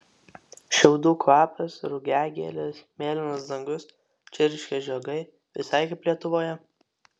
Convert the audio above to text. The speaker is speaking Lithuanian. šiaudų kvapas rugiagėlės mėlynas dangus čirškia žiogai visai kaip lietuvoje